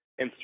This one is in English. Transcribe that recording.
Instagram